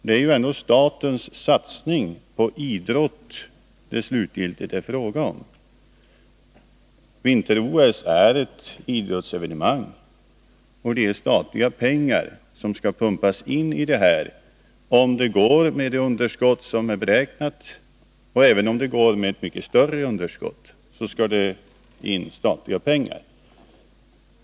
Det är ändå statens satsning på idrott det slutligen är fråga om. Vinter-OS är ett idrottsevenemang, och det är statliga pengar som skall pumpas in i detta evenemang. Oavsett om det går med det underskott som är beräknat eller om det går med ett mycket större underskott, skall det till statliga pengar.